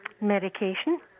medication